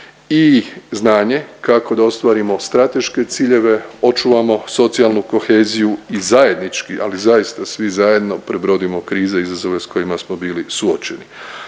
i znanje kako da ostvarimo strateške ciljeve, očuvamo socijalnu koheziju i zajednički ali zaista svi zajedno prebrodimo krize i izazove s kojima smo bili suočeni.